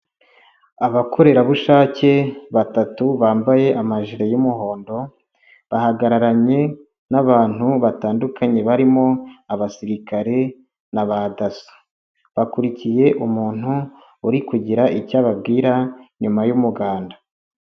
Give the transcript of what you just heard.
Abakorerabushake batatu bambaye amaji y'umuhondo, bahagararanye n'abantu batandukanye barimo abasirikare na ba DASSO, bakurikiye umuntu uri kugira icyo ababwira, nyuma y'umuganda.